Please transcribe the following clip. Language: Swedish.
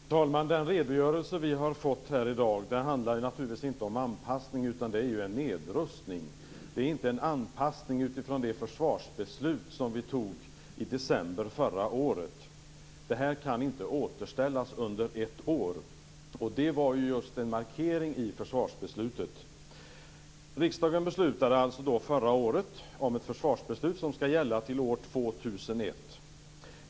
Fru talman! Den redogörelse vi har fått här i dag handlar naturligtvis inte om anpassning, utan om en nedrustning. Det är inte en anpassning utifrån det förvarsbeslut riksdagen fattade i december förra året. Detta kan inte återställas under ett år. Just det var ju en markering i försvarsbeslutet. Riksdagen fattade förra året ett försvarsbeslut som skall gälla till år 2001.